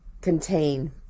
contain